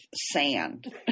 sand